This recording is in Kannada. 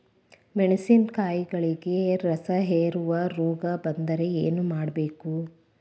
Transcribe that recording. ಮೆಣಸಿನಕಾಯಿಗಳಿಗೆ ರಸಹೇರುವ ರೋಗ ಬಂದರೆ ಏನು ಮಾಡಬೇಕು?